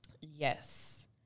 Yes